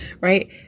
right